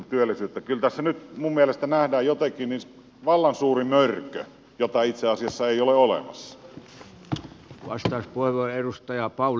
kyllä tässä minun mielestäni nyt nähdään jotenkin vallan suuri mörkö jota itse asiassa ei ole olemassa